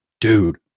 dude